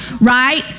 Right